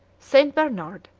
st. bernard,